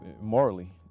morally